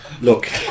Look